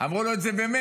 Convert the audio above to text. אמרו לו את זה במרץ,